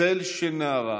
צל של נערה,